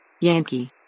Yankee